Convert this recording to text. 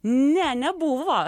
ne nebuvo